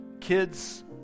Kids